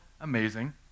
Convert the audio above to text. Amazing